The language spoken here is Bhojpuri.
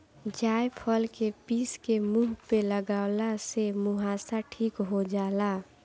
जायफल के पीस के मुह पे लगवला से मुहासा ठीक हो जाला